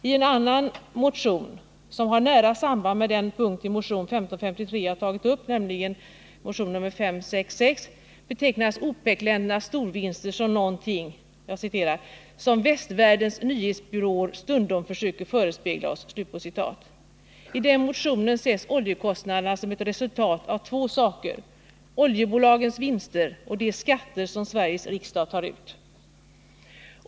I en annan motion, som har nära samband med den punkt i motion 1553 jag tagit upp, nämligen motion 566, betecknas OPEC-ländernas storvinster som något ”som västvärldens nyhetsbyråer stundom försöker förespegla oss”. I den motionen ses oljekostnaderna som ett resultat av två saker —oljebolagens vinster och de skatter som Sveriges riksdag fattar beslut om.